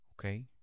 Okay